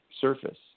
surface